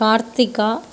Karthika